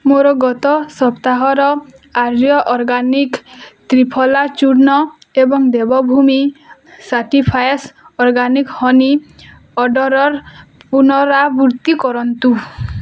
ମୋର ଗତ ସପ୍ତାହର ଆର୍ୟ ଅର୍ଗାନିକ୍ ତ୍ରିଫଳା ଚୂର୍ଣ୍ଣ ଏବଂ Dev Bhoomi certified organic honey ଅର୍ଡ଼ର୍ର ପୁନରାବୃତ୍ତି କରନ୍ତୁ